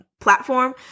platform